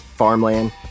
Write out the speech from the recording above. farmland